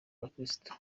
abakristo